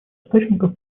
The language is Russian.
источников